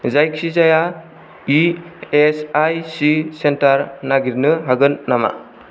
जायखिजाया E S I C centre नागिरनो हागोन नामा